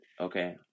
okay